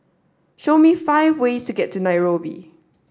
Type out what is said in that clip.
show me five ways to get to Nairobi